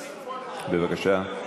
בבקשה.